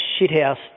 shithouse